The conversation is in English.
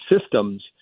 systems